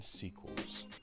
sequels